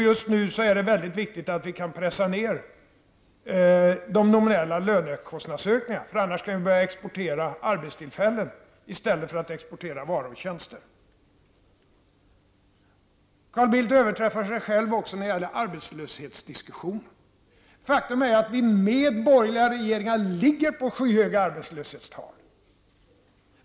Just nu är det viktigt att vi kan pressa ned de nominella lönekostnadsökningarna -- annars kanske vi börjar exportera arbetstillfällen i stället för att exportera varor och tjänster. Carl Bildt överträffar sig själv också när det gäller arbetslöshetsdiskussionen. Faktum är att vi med borgerliga regeringar ligger på skyhöga arbetslöshetstal.